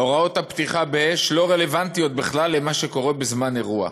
הוראות הפתיחה באש לא רלוונטיות בכלל למה שקורה בזמן אירוע,